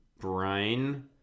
brine